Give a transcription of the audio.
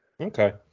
Okay